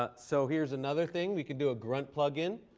ah so here's another thing. we can do a grunt plug-in.